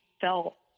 felt